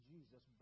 Jesus